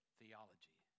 theology